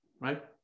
Right